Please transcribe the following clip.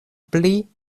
pli